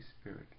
Spirit